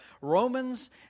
Romans